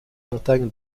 montagne